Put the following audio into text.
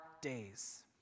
days